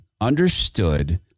understood